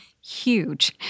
huge